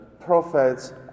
prophets